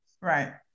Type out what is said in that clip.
Right